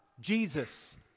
Jesus